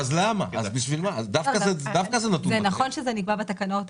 זה נכון שזה נקבע בתקנות,